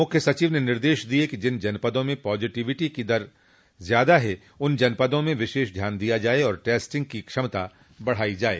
मुख्य सचिव ने निर्देश दिये कि जिन जनपदों में पॉजिटीविटी दर ज्यादा है उन जनपदों में विशेष ध्यान दिया जाये और टेस्टिंग की क्षमता बढाई जाये